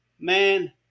Man